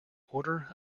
order